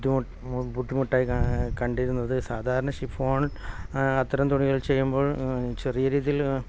ബുദ്ധി ബുദ്ധിമുട്ടായി കണ്ടിരുന്നത് സാധാരണ ഷിഫോൺ അത്തരം തുണികൾ ചെയ്യുമ്പോൾ ചെറിയ രീതിയിൽ